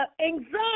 anxiety